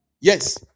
Yes